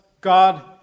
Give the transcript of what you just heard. God